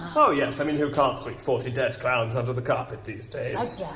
oh yes. i mean who can't sweep forty dead clowns under the carpet these days?